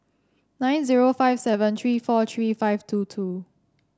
nine zero five seven three four three five two two